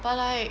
but like